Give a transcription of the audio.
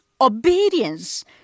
obedience